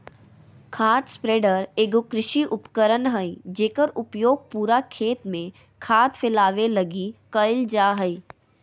खाद स्प्रेडर एगो कृषि उपकरण हइ जेकर उपयोग पूरा खेत में खाद फैलावे लगी कईल जा हइ